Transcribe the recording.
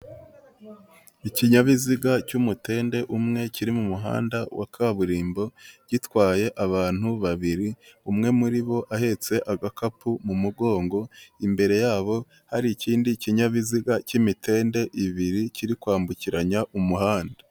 Ikinyabiziga cy'umutende umwe kiri mu muhanda wa kaburimbo, gitwaye abantu babiri, umwe muri bo ahetse agakapu mu mugongo, imbere yabo hari ikindi kinyabiziga cy'imitende ibiri kiri kwambukiranya umuhanda.